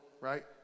right